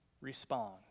respond